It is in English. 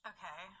Okay